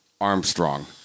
Armstrong